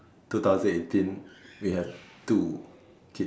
two thousand eighteen we have two kids